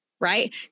right